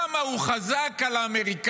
כמה הוא חזק על האמריקאים,